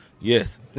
Yes